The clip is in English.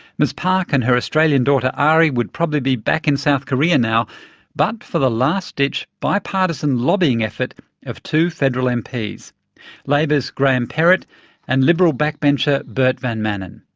ms park and her australian daughter ari would probably be back in south korea now but for the last-ditch bi-partisan lobbying effort of two federal and mps, labor's graham perrett and liberal backbencher bert van manen.